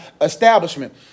establishment